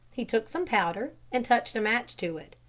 he took some powder and touched a match to it.